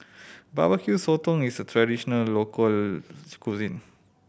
Barbecue Sotong is a traditional local cuisine